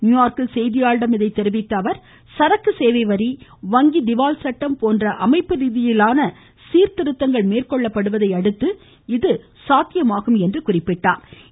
நியூயார்க்கில் செய்தியார்களிடம் இதை தெரிவித்த அவர் சரக்கு சேவை வரி வங்கி திவால் சட்டம் போன்ற அமைப்பு ரீதியிலான சீர்திருத்தங்கள் மேற்கொள்ளபடுவதை அடுத்து இது சாத்தியமாகும் என்றார்